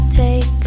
take